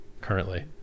currently